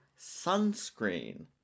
sunscreen